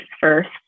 first